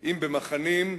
אם במחנים,